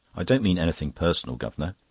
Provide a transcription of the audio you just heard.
i don't mean anything personal, guv'nor.